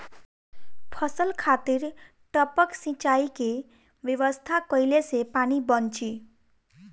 फसल खातिर टपक सिंचाई के व्यवस्था कइले से पानी बंची